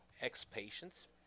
ex-patients